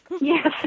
Yes